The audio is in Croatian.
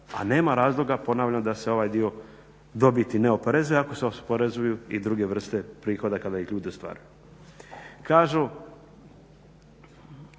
a nema razloga ponavljam da se ovaj dio dobiti ne oporezuje ako se oporezuju i druge vrste prihoda …. Kažu